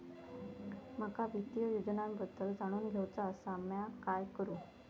माका वित्तीय योजनांबद्दल जाणून घेवचा आसा, म्या काय करू?